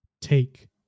Take